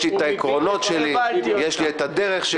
יש לי את העקרונות שלי ויש לי את הדרך שלי,